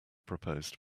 proposed